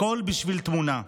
הכול בשביל תמונה.